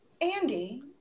Andy